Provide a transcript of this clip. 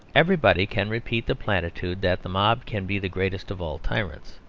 everybody can repeat the platitude that the mob can be the greatest of all tyrants.